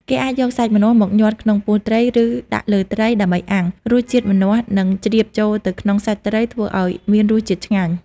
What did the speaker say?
គេអាចយកសាច់ម្នាស់មកញាត់ក្នុងពោះត្រី ឬដាក់លើត្រីដើម្បីអាំង។ រសជាតិម្នាស់នឹងជ្រាបចូលទៅក្នុងសាច់ត្រីធ្វើឱ្យមានរសជាតិឆ្ងាញ់។